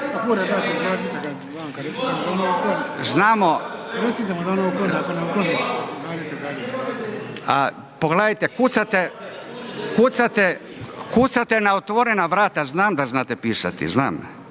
čuje./… A pogledate kucate na otvorena vrata, znam da znate pisati, znam.